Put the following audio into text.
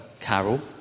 Carol